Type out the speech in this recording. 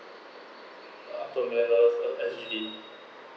uh L_H_D